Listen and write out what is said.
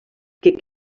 que